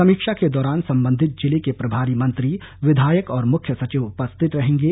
समीक्षा के दौरान संबंधित जिले के प्रभारी मंत्री विधानसभा के विधायक और मुख्य सचिव उपस्थित रहेंगे